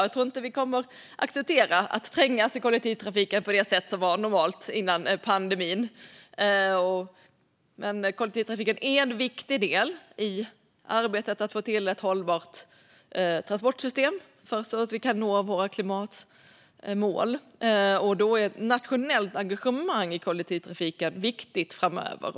Jag tror inte att vi kommer att acceptera att trängas i kollektivtrafiken på det sätt som var normalt före pandemin. Kollektivtrafiken är en viktig del i arbetet med att få till ett hållbart transportsystem så att vi kan nå våra klimatmål, och då är ett nationellt engagemang i kollektivtrafiken viktigt framöver.